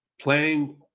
playing